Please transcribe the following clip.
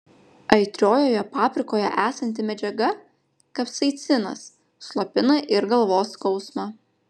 aitriojoje paprikoje esanti medžiaga kapsaicinas slopina ir galvos skausmą